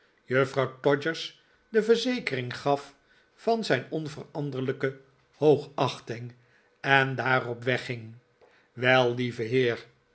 juffrouw todgers de verzekering gaf van zijn onyeranderlijke hoogachting en daarop wegging rf wel lieve heer